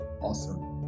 Awesome